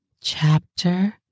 Chapter